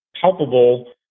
palpable